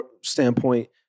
standpoint